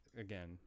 again